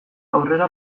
aurrera